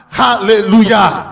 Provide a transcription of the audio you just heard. hallelujah